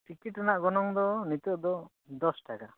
ticket ᱨᱮᱱᱟᱜ ᱜᱚᱱᱚᱝ ᱫᱚ ᱱᱤᱛᱳᱜ ᱫᱚ ᱫᱚᱥ ᱴᱟᱠᱟ